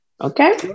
Okay